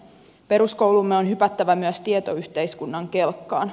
peruskoulumme on hypättävä myös tietoyhteiskunnan kelkkaan